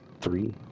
Three